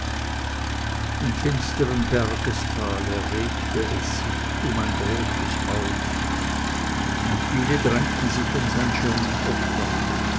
in finsterem bergestale regte es sich um ein großes haus und viele drängten sich um sein schirmend obdach